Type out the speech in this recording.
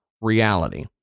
reality